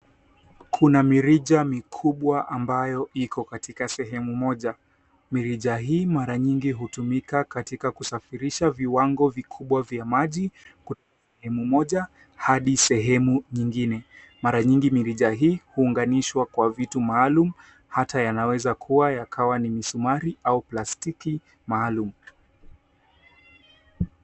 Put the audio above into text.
Kuna mirija mikubwa ambayo iko katika sehemu moja. Mirija hii mara nyingi hutumika katika kusafirisha viwango vikubwa vya maji kutoka sehemu moja adi sehemu nyingine. Mara nyingi mirija hii huunganishwa kwa vitu maalum, hata yanaweza kuwa yakwa ni misumari au plastiki maalum.